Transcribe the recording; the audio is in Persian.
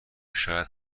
شاید